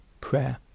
prayer.